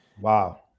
Wow